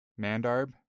Mandarb